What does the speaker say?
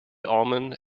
almond